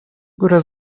góra